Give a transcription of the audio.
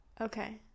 Okay